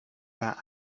that